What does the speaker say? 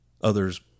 Others